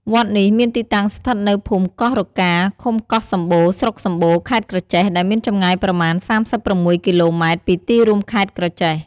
វត្តនេះមានទីតាំងស្ថិតនៅភូមិកោះរកា ឃុំកោះសំបូរ ស្រុកសំបូរ ខេត្តក្រចេះ ដែលមានចម្ងាយប្រមាណ ៣៦ គីឡូម៉ែត្រ ពីទីរួមខេត្តក្រចេះ ។